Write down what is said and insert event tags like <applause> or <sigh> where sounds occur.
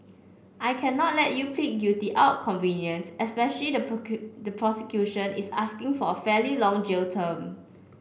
I cannot let you plead guilty out convenience especially the <unintelligible> the prosecution is asking for a fairly long jail term